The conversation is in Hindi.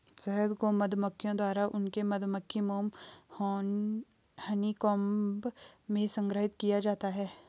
शहद को मधुमक्खियों द्वारा उनके मधुमक्खी मोम हनीकॉम्ब में संग्रहीत किया जाता है